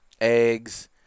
eggs